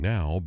Now